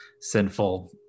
sinful